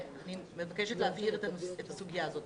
אני מבקשת להבהיר את הסוגיה הזאת.